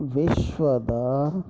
ವಿಶ್ವದ